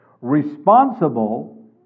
responsible